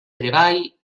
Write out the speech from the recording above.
treball